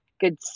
good